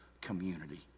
community